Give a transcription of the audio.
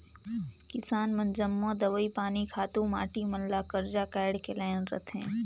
किसान मन जम्मो दवई पानी, खातू माटी मन ल करजा काएढ़ के लाएन रहथें